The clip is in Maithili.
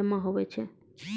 जमा हुवै छै